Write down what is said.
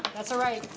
that's alright.